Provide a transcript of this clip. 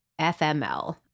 FML